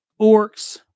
orcs